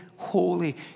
holy